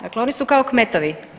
Dakle, oni su kao kmetovi.